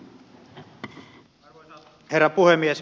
arvoisa herra puhemies